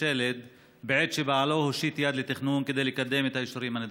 שלד בעת שבעליו הושיט יד לתכנון כדי לקדם את האישורים הנדרשים.